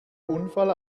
unfall